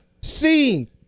seen